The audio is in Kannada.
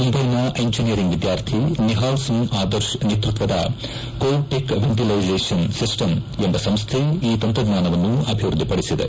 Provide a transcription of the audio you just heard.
ಮುಂಬೈನ ಇಂಜಿನಿಯರಿಂಗ್ ವಿದ್ಯಾರ್ಥಿ ನಿಹಾಲ್ಸಿಂಗ್ ಆದರ್ಶ್ ನೇತೃತ್ವದ ಕೋವ್ ಟೆಕ್ ವೆಂಟಿಲ್ಲೆಜಷನ್ ಸಿಸ್ಸಂ ಎಂಬ ಸಂಸ್ಹೆ ಈ ತಂತ್ರಜ್ವಾನವನ್ನು ಅಭಿವೃದ್ದಿಪಡಿಸಿದೆ